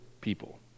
people